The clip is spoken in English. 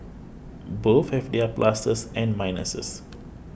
both have their pluses and minuses